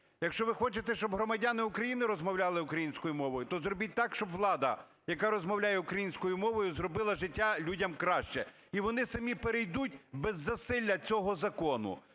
Якщо ви хочете, щоб громадяни України розмовляли українською мовою, то зробіть так, щоб влада, яка розмовляє українською мовою, зробила життя людям краще, і вони самі перейдуть, без засилля цього закону.